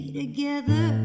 together